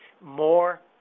more